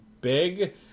big